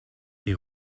est